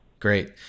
Great